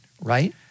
right